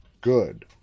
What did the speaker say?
good